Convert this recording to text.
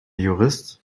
jurist